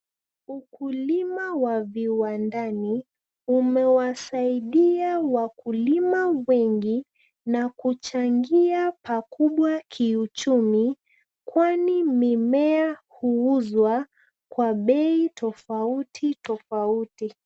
Ukulima wa viwandani umewasaidia wakulima wengi na kuchangia pakubwa kiuchumi kwani mimea huuzwa kwa bei tofauti tofauti.